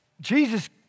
Jesus